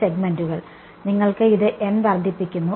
സെഗ്മെന്റുകൾ നിങ്ങൾ ഇത് വർദ്ധിപ്പിക്കുന്നു